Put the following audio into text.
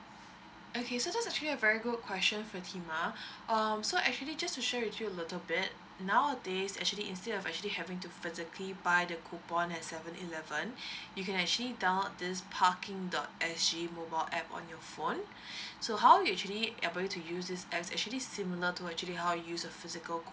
okay so that's actually a very good question fatima um so actually just share with you a little bit nowadays is actually instead of actually having to physically buy the coupon at seven eleven you can actually download this parking dot s g mobile A_P_P on your phone so how you actually able to use this A_P_P is actually similar to actually how you use your physical